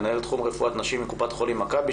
מנהל תחום רפואת נשים בקופת חולים מכבי,